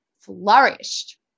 flourished